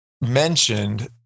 mentioned